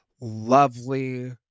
lovely